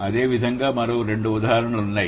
అదేవిధంగా మరో రెండు ఉదాహరణలు ఉన్నాయి